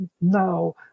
now